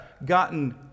gotten